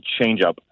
changeup